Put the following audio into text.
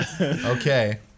Okay